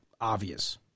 obvious